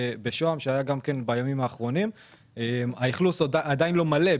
כיוון שהאכלוס עדיין לא מלא.